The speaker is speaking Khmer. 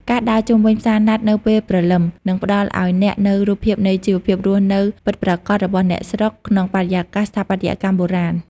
ការដើរជុំវិញផ្សារណាត់នៅពេលព្រលឹម នឹងផ្តល់ឱ្យអ្នកនូវរូបភាពនៃជីវភាពរស់នៅពិតប្រាកដរបស់អ្នកស្រុក ក្នុងបរិយាកាសស្ថាបត្យកម្មបុរាណ។